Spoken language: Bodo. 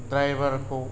ड्रायभार खौ